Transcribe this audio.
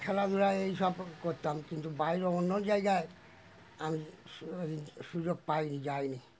খেলাধুলায় এই সব করতাম কিন্তু বাইরেও অন্য জায়গায় আমি সু সুযোগ পাইনি যাইনি